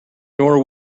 nor